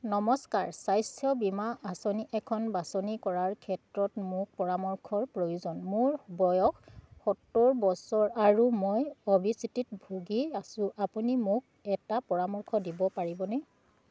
নমস্কাৰ স্বাস্থ্য বীমা আঁচনি এখন বাছনি কৰাৰ ক্ষেত্ৰত মোক পৰামৰ্শৰ প্ৰয়োজন মোৰ বয়স সত্তৰ বছৰ আৰু মই অবিছিটিত ভুগি আছোঁ আপুনি মোক এটা পৰামৰ্শ দিব পাৰিবনে